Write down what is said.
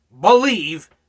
believe